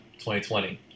2020